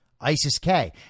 ISIS-K